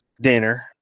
dinner